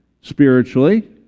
spiritually